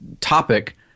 topic